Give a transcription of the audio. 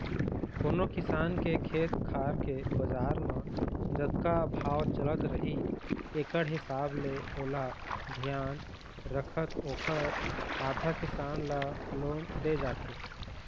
कोनो किसान के खेत खार के बजार म जतका भाव चलत रही एकड़ हिसाब ले ओला धियान रखत ओखर आधा, किसान ल लोन दे जाथे